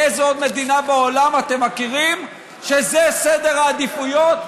באיזו עוד מדינה בעולם שאתם מכירים זה סדר העדיפויות?